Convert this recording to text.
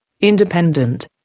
independent